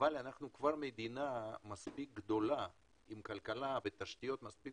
אבל אנחנו מדינה מספיק גדולה עם כלכלה ותשתיות מספיק